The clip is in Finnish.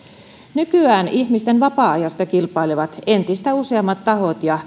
nykyään ihmisten vapaa ajasta kilpailevat entistä useammat tahot ja